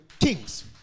kings